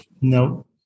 no